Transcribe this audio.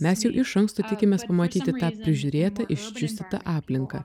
mes jau iš anksto tikimės pamatyti tą prižiūrėtą iščiustytą aplinką